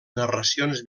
narracions